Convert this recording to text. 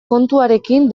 kontuarekin